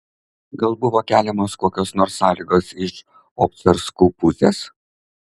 gal buvo keliamos kokios nors sąlygos iš obcarskų pusės